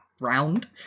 Round